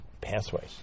pathways